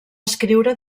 escriure